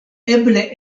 eble